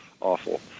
awful